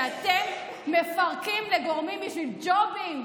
שאתם מפרקים לגורמים בשביל ג'ובים,